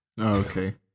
Okay